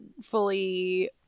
fully